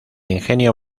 ingenio